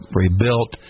rebuilt